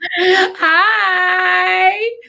Hi